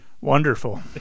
Wonderful